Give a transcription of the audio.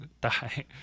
die